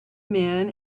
men